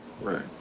Right